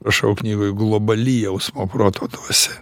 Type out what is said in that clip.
rašau knygoj globali jausmo proto dvasia